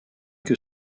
que